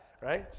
right